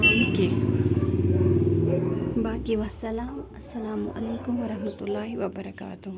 کیٚنٛہہ باقی وَسلام اَلسَلامُ علیکُم ورحمتُہ اللہ وبرکاتُہ